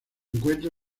encuentra